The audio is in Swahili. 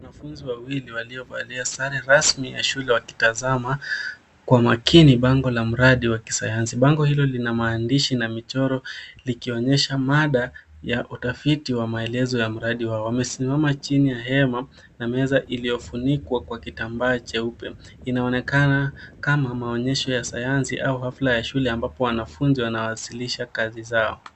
Wanafunzi wawili waliovalia sare rasmi ya shule wakitazama kwa makini bango la mradi wa kisayansi. Bango hilo lina maandishi na michoro, likionyesha mada ya utafiti wa maelezo ya mradi wao. Wamesimama chini ya hema na meza iliyofunikwa kwa kitambaa cheupe, inaonekana kama maonyesho ya sayansi au hafla ya shule ambapo wanafunzi wanawasilisha kazi zao.